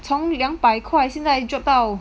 从两百块现在 drop 到